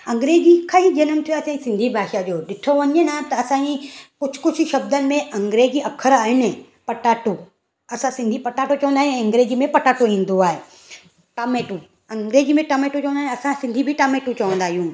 अंग्रेजी खां ई जनम थिओ आहे असांजी सिंधी भाषा जो ॾिठो वञे न त असांजी कुझु कुझु शब्दनि में अंग्रेजी अख़र आहिनि पटाटो असां सिंधी पटाटो चवंदा आहियूं ऐं अंग्रेज़ी में पटाटो ईंदो आहे टामैटो अंग्रेजी में टामैटो चवंदा आहिनि असां सिंधी बि टामैटो चवंदा आहियूं